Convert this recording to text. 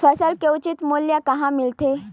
फसल के उचित मूल्य कहां मिलथे?